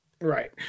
Right